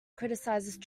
criticized